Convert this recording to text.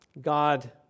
God